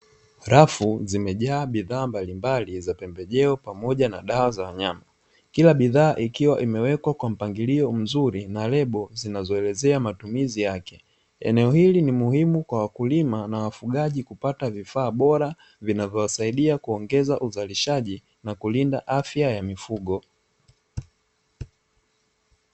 Rafu zimejaa bidhaa mbalimbali za pembejeo pamoja na dawa za wanyama kila bidhaa ikiwa imewekwa kwa mpangilio mzuri, na lebo zinazoelezea matumizi yake eneo hili ni muhimu kwa wakulima na wafugaji kupata vifaa bora, vinavyowasaidia kuongeza uzalishaji na kulinda afya ya mifugo.